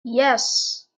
yes